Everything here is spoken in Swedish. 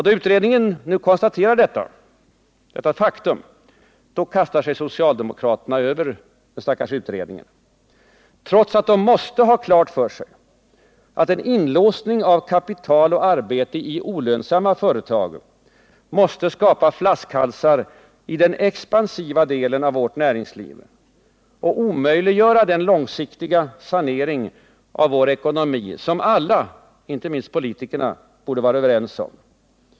Då utredningen konstaterar detta faktum, kastar sig socialdemokraterna över den stackars utredningen, trots att de måste ha klart för sig att en inlåsning av kapital och arbete i olönsamma företag skapar flaskhalsar i den expansiva delen av vårt näringsliv och omöjliggör den långsiktiga sanering av vår ekonomi som alla, inte minst politikerna, borde vara överens om.